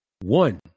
One